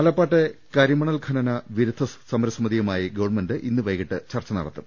ആലപ്പാട്ടെ കരിമണൽ ഖനന വിരുദ്ധ സമരസമിതിയുമായി ഗവൺമെന്റ് ഇന്ന് വൈകിട്ട് ചർച്ച നടത്തും